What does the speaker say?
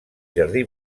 jardí